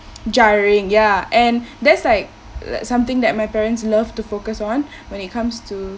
jarring ya and that's like like something that my parents loved to focus on when it comes to